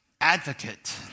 advocate